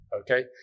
Okay